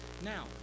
Now